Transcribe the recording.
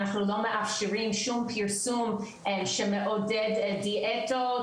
אנחנו לא מאפשרים שום פרסום שמעודד דיאטות,